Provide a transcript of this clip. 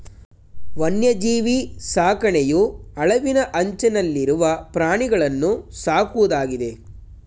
ವನ್ಯಜೀವಿ ಸಾಕಣೆಯು ಅಳಿವಿನ ಅಂಚನಲ್ಲಿರುವ ಪ್ರಾಣಿಗಳನ್ನೂ ಸಾಕುವುದಾಗಿದೆ